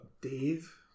Dave